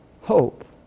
hope